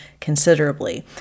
considerably